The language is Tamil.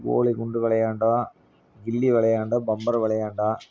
கோலி குண்டு விளையாண்டோம் கில்லி விளையாண்டோம் பம்பரம் விளையாண்டோம்